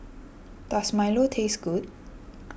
Does Milo taste good